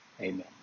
Amen